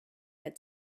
had